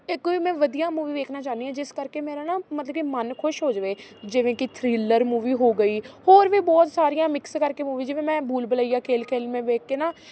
ਇਹ ਕੋਈ ਮੈਂ ਵਧੀਆ ਮੂਵੀ ਵੇਖਣਾ ਚਾਹੁੰਦੀ ਹਾਂ ਜਿਸ ਕਰਕੇ ਮੇਰਾ ਨਾ ਮਤਲਬ ਕਿ ਮਨ ਖੁਸ਼ ਹੋ ਜਾਵੇ ਜਿਵੇਂ ਕਿ ਥ੍ਰਿਲਰ ਮੂਵੀ ਹੋ ਗਈ ਹੋਰ ਵੀ ਬਹੁਤ ਸਾਰੀਆਂ ਮਿਕਸ ਕਰਕੇ ਮੂਵੀਜ਼ ਮੈਂ ਬੂਲ ਬੁਲਈਆ ਖੇਲ ਖੇਲ ਮੇਂ ਵੇਖ ਕੇ ਨਾ